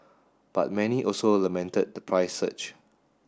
but many also lamented the price surge